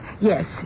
Yes